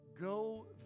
go